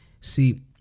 See